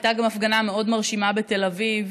הייתה הפגנה מאוד מרשימה גם בתל אביב.